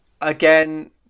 again